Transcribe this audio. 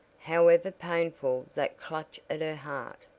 however painful that clutch at her heart.